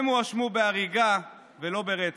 הם הואשמו בהריגה ולא ברצח.